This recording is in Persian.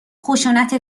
خشونت